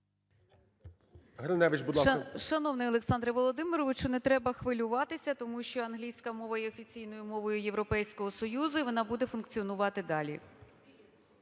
Шановний Олександре Володимировичу, не треба хвилюватися, тому що англійська мова є офіційною мовою Європейського Союзу і вона буде функціонувати далі.